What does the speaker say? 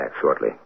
shortly